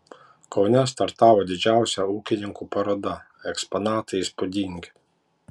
kaune startavo didžiausia ūkininkų paroda eksponatai įspūdingi